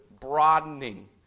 broadening